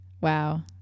wow